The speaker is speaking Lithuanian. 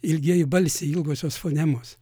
ilgieji balsiai ilgosios fonemos